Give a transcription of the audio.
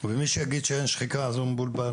ומי שיגיד שאין שחיקה אז הוא מבולבל